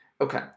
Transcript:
Okay